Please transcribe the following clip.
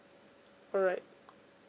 alright